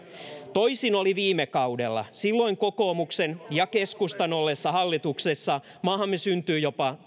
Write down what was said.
toisin oli viime kaudella silloin kokoomuksen ja keskustan ollessa hallituksessa maahamme syntyi jopa